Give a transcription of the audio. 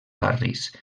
barris